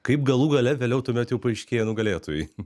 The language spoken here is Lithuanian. kaip galų gale vėliau tuomet jau paaiškėja nugalėtojai